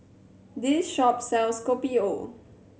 this shop sells Kopi O